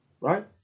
right